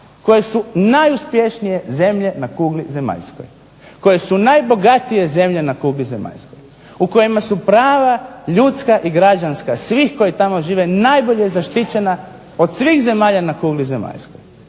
koje su najuspješnije zemlje na kugli zemaljskoj, koje su najbogatije zemlje na kugli zemaljskoj, u kojima su prava ljudska i građanska svih koji tamo žive najbolje zaštićena od svih zemalja na kugli zemaljskoj,